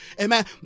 Amen